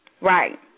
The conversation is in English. Right